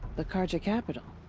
the carja capital.